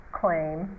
claim